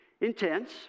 intense